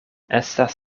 estas